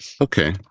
okay